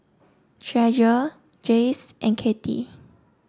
Treasure Jace and Cathie